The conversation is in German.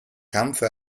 kampfe